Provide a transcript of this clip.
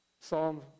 Psalm